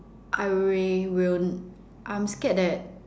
I will I'm scared that